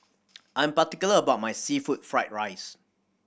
I am particular about my seafood fried rice